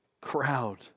crowd